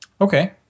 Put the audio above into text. Okay